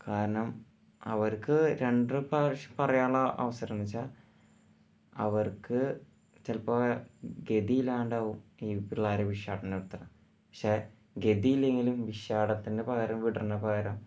കാരണം അവര്ക്ക് രണ്ടര പ്രാവശ് പറയാനുള്ള അവസരം എന്ന് വെച്ചാൽ അവര്ക്ക് ചിലപ്പോൾ ഗതിയില്ലാണ്ടാവും ഈ പിള്ളാരെ ഭിക്ഷാടനത്തിന് ഇരുത്തണത് പക്ഷേ ഗതിയില്ലെങ്കിലും ഭിക്ഷാടത്തിന് പകരം വിടണതിന് പകരം